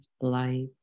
light